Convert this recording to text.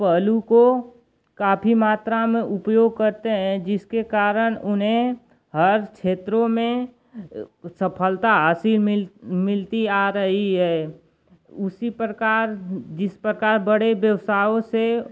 पहलू को काफ़ी मात्रा में उपयोग करते हैं जिसके कारण उन्हें हर क्षेत्रों में सफलता हासिल मिल मिलती आ रही है उसी प्रकार जिस प्रकार बड़े व्यवसायों से